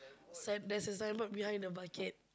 sign there's a signboard behind the bucket